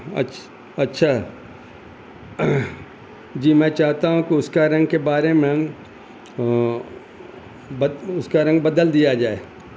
اچھ اچھا جی میں چاہتا ہوں کہ اس کا رنگ کے بارے میں اس کا رنگ بدل دیا جائے